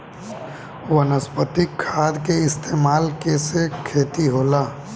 वनस्पतिक खाद के इस्तमाल के से खेती होता